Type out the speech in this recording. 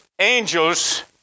angels